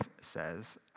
says